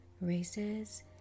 races